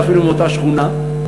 אלא אפילו מאותה שכונה.